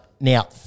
now